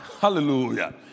Hallelujah